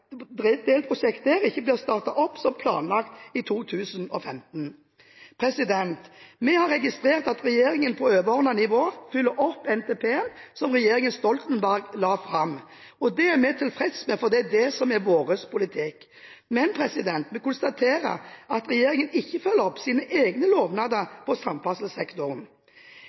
at delprosjekter der ikke blir startet opp som planlagt i 2015. Vi har registrert at regjeringen på overordnet nivå følger opp NTP-en som regjeringen Stoltenberg la fram. Det er vi tilfreds med, for det er det som er vår politikk. Men vi konstaterer at regjeringen ikke følger opp sine egne lovnader på samferdselssektoren.